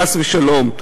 חס ושלום.